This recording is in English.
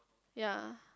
ya